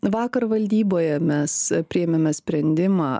vakar valdyboje mes priėmėme sprendimą